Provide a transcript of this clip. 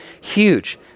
huge